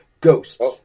Ghosts